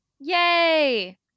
Yay